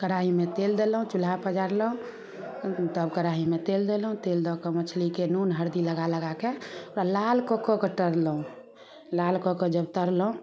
कराहीमे तेल देलहुॅं चूल्हा पजारलहुॅं तब कराहीमे तेल देलहुॅं तेल दऽ कऽ मछलीके नून हरदी लगा लगाके ओकरा लाल कऽ कऽ कऽ तरलहुॅं लाल कऽ कऽ जब तरलहुॅं